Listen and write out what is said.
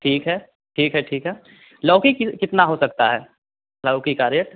ठीक है ठीक है ठीक है लौकी कि कितना हो सकता है लौकी का रेट